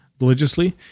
religiously